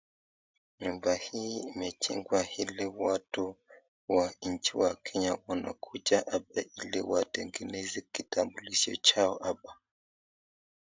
Nyumba hii imejengwa ili watu wa nchi ya Kenya wanakuja hapa ili watengeneze kitambulisho chao hapa.